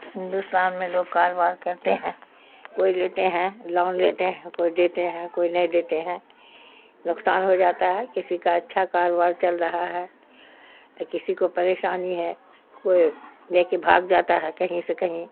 ہندوستان میں لوگ کاروبار کرتے ہیں کوئی لیتے ہیں لون لیتے ہیں کوئی دیتے ہیں کوئی نہیں دیتے ہیں نقصان ہو جاتا ہے کسی کا اچھا کاروبار چل رہا ہے تو کسی کو پریشانی ہے کوئی لے کے بھاگ جاتا ہے کہیں سے کہیں